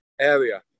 area